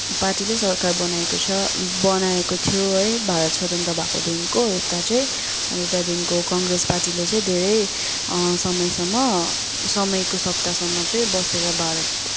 पार्टीले सरकार बनाएको छ बनाएको थियो है भारत स्वतन्त्र भएकोदेखिको यता चाहिँ अन्त त्यहाँदेखिको कङ्ग्रेस पार्टीले चाहिँ धेरै समयसम्म समयको सत्तासम्म चाहिँ बसेर भारत